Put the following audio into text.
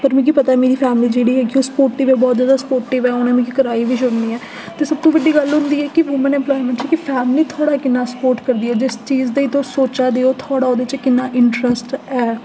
ते मिगी पता ऐ की जेह्ड़ी मेरी फैमिली ऐ सपोर्टिव ऐ बहुत जैदा सपोर्टिव ऐ उ'नें मिगी कराई बी छोड़नी ऐ ते सबतूं बड्डी गल्ल होंदी ऐ कि वुमन इम्पलायमेंट च कि फैमिली थुआढ़ा किन्ना सपोर्ट करदी ऐ जिस चीज़ दे लेई तुस सोचै दे ओह् थुआढ़ा ओह्दे च किन्ना इंटरैस्ट ऐ